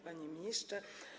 Panie Ministrze!